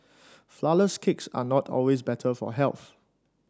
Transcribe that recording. flourless cakes are not always better for health